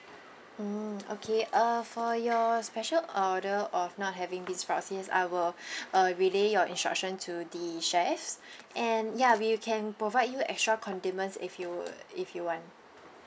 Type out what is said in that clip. mm okay uh for your special order of not having beansprouts yes I will uh relay your instruction to the chefs and ya we can provide you extra condiments if you would if you want